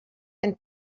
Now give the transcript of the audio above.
and